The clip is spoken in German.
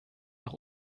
nach